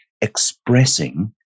expressing